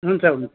हुन्छ